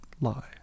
lie